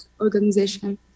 Organization